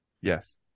Yes